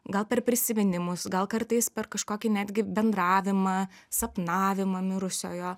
gal per prisiminimus gal kartais per kažkokį netgi bendravimą sapnavimą mirusiojo